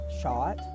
shot